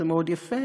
זה מאוד יפה,